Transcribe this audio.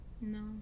no